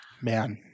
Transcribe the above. Man